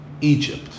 Egypt